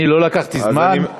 אני לא לקחתי זמן,